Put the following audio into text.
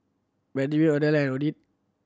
Benjman Odile and Ottie